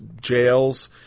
jails